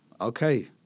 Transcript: okay